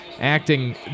acting